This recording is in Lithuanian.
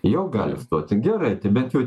jau gali stoti gerai tai bent jau